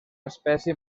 espècie